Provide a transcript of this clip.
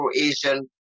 Asian